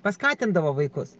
paskatindavo vaikus